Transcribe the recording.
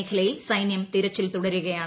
മേഖലയിൽ സൈന്യം തിരച്ചിൽ തുടരുകയാണ്